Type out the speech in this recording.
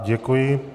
Děkuji.